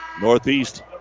Northeast